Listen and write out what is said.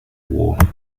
war